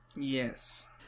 yes